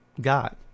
God